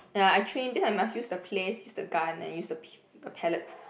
ya I train then I must use the place use the gun and use the pi~ the pallets